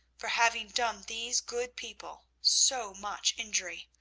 for having done these good people so much injury.